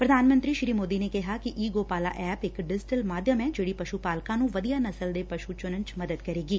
ਪ੍ਰਧਾਨ ਮੰਤਰੀ ਸ੍ਰੀ ਮੋਦੀ ਨੇ ਕਿਹਾ ਕਿ ਈ ਗੋਪਾਲਾ ਐਪ ਇਕ ਡਿਜੀਟਲ ਮਾਧਿਅਮ ਐ ਜਿਹੜੀ ਪਸ੍ਸੂ ਪਾਲਕਾ ਨੂੰ ਵਧੀਆ ਨਸਲ ਦੇ ਪਸ੍ਸ ਚੁਨਣ ਚ ਮਦਦ ਕਰੇਗੀ